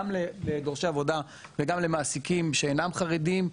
גם לדורשי עבודה וגם למעסיקים שאינם חרדים.